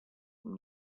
from